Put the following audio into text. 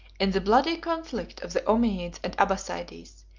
in the bloody conflict of the ommiades and abbassides,